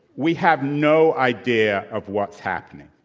we have no idea of what's happening.